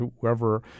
whoever